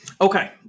Okay